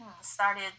started